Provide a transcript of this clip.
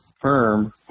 firm